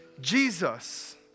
Jesus